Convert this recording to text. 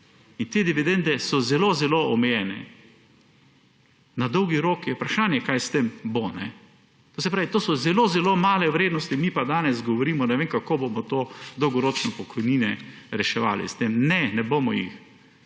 In te dividende so zelo zelo omejene. Na dolgi rok je vprašanje, kaj s tem bo. To se pravi, to so zelo zelo male vrednosti, mi pa danes govorimo, kako bomo dolgoročno pokojnine reševali s tem. Ne, ne bomo jih.